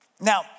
Now